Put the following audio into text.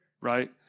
Right